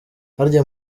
harya